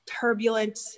turbulent